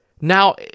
Now